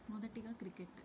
మొదటగా క్రికెట్